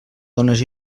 dones